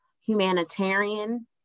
humanitarian